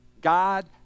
God